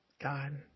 God